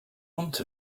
want